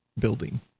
building